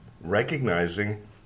recognizing